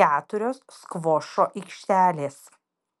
keturios skvošo aikštelės